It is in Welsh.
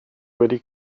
wedi